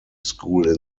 school